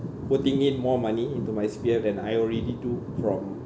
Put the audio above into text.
putting in more money into my C_P_F than I already do from